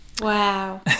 Wow